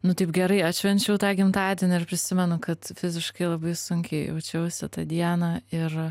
nu taip gerai atšvenčiau tą gimtadienį ir prisimenu kad fiziškai labai sunkiai jaučiausi tą dieną ir